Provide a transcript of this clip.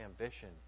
ambition